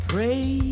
Pray